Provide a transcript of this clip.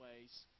ways